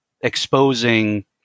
exposing